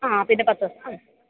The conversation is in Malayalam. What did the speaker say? ആ പിന്നെ പത്ത് ആ